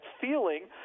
feeling